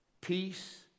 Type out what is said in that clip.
peace